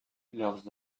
leurs